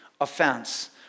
offense